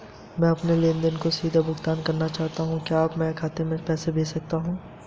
मैं अपने लेनदारों को सीधे भुगतान करना चाहता हूँ क्या मैं अपने बैंक खाते में पैसा भेज सकता हूँ?